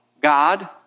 God